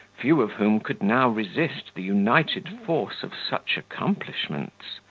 few of whom could now resist the united force of such accomplishments.